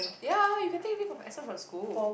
ya you can take leave of absence from school